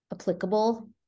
applicable